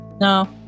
no